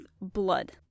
blood